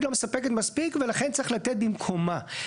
לא מספקת מספיק ולכן צריך לתת במקומה.